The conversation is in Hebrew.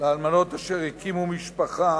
לאלמנות אשר הקימו משפחה